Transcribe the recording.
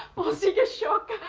was shorter.